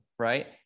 Right